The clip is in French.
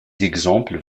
d’exemple